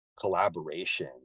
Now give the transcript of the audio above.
collaboration